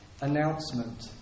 announcement